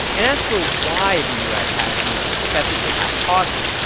and as for why the u s. has these excessively high costs,